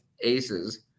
aces